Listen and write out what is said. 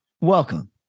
welcome